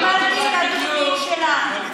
אני לא קיבלתי את התוכנית שלך.